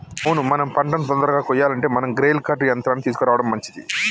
అవును మన పంటను తొందరగా కొయ్యాలంటే మనం గ్రెయిల్ కర్ట్ యంత్రాన్ని తీసుకురావడం మంచిది